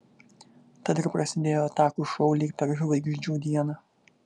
tad ir prasidėjo atakų šou lyg per žvaigždžių dieną